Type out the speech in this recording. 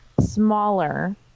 smaller